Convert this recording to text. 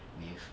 with